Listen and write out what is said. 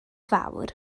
fawr